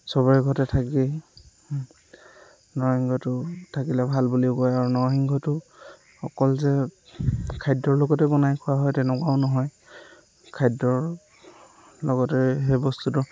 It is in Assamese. চবৰে ঘৰত থাকেই নৰসিংহটো থাকিলে ভাল বুলিও কয় আৰু নৰসিংহটো অকল যে খাদ্যৰ লগতে বনাই খোৱা হয় তেনেকুৱাও নহয় খাদ্যৰ লগতে সেই বস্তুটো